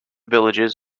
villages